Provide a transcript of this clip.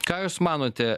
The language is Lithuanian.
ką jūs manote